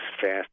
fast